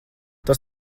tas